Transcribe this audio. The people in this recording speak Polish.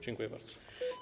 Dziękuję bardzo.